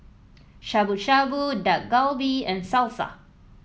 Shabu Shabu Dak Galbi and Salsa